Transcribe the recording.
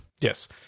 yes